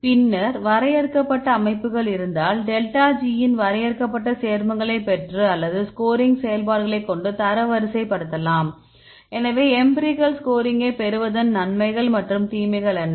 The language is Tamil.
பின்னர் வரையறுக்கப்பட்ட அமைப்புகள் இருந்தால் டெல்டா ஜி இன் வரையறுக்கப்பட்ட சேர்மங்களை பெற்று அல்லது ஸ்கோரிங் செயல்பாடுகளை கொண்டு தரவரிசைப்படுத்தலாம் எனவே எம்பிரிகல் ஸ்கோரிங்கை பெறுவதன் நன்மைகள் மற்றும் தீமைகள் என்ன